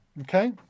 Okay